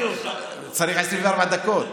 צריך 24 דקות.